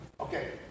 Okay